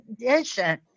condition